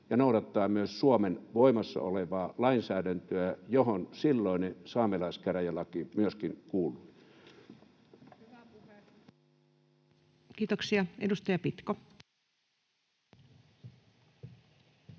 ja noudattaa myös Suomen voimassa olevaa lainsäädäntöä, johon silloinen saamelaiskäräjälaki myöskin kuului. [Sara